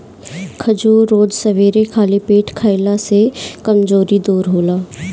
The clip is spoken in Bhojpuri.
खजूर रोज सबेरे खाली पेटे खइला से कमज़ोरी दूर होला